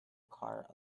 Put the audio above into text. cart